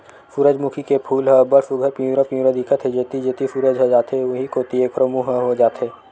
सूरजमूखी के फूल ह अब्ब्ड़ सुग्घर पिंवरा पिंवरा दिखत हे, जेती जेती सूरज ह जाथे उहीं कोती एखरो मूँह ह हो जाथे